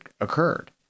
occurred